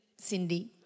Cindy